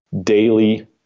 Daily